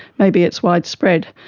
maybe it's widespread.